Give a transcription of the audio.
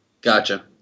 Gotcha